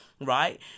right